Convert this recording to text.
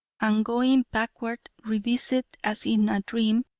and going backward, revisit, as in a dream,